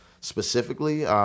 specifically